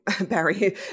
barry